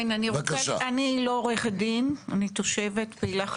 כן, אני לא עורכת דין, אני תושבת, פעילה חברתית,